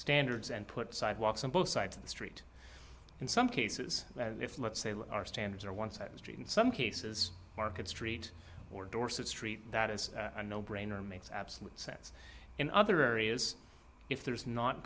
standards and put sidewalks on both sides of the street in some cases our standards are one sided street in some cases market street or dorset street that is a no brainer makes absolute sense in other areas if there's not